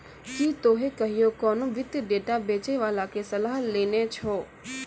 कि तोहें कहियो कोनो वित्तीय डेटा बेचै बाला के सलाह लेने छो?